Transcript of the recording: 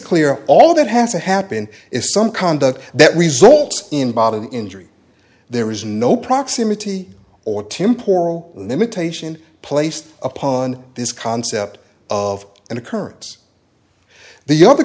clear all that has to happen is some conduct that result in bodily injury there is no proximity or temp oral limitation placed upon this concept of an occurrence the other